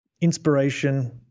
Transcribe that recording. inspiration